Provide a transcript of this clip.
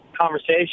Conversation